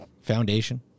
foundation